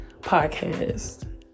podcast